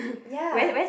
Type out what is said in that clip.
ya